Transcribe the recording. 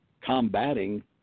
combating